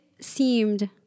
seemed